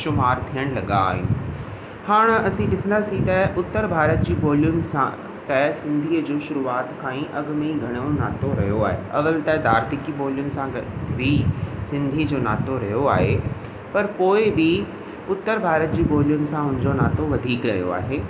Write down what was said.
शुमारु थियणु लॻा आहिनि हाणे असीं ॾिसंदासीं त उत्तर भारत जी ॿोलियुनि सां त सिंधीअ जो शुरूआति खां ई अॻु में ई घणो नातो रहियो आहे अवल त दार्तिकी ॿोलियुनि सां गॾ बि सिंधी जो नातो रहियो आहे पर पोइ बि उत्तर भारत जी ॿोलियुनि सां हुनजो नातो वधीक रहियो आहे